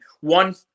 One